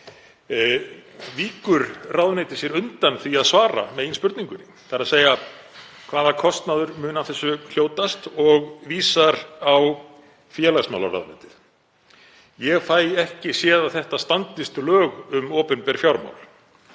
víkur ráðuneytið sér undan því að svara meginspurningunni, þ.e. hvaða kostnaður muni af þessu hljótast, og vísar á félagsmálaráðuneytið. Ég fæ ekki séð að þetta standist lög um opinber fjármál.